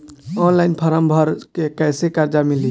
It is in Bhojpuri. ऑनलाइन फ़ारम् भर के कैसे कर्जा मिली?